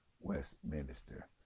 Westminster